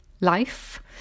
life